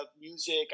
Music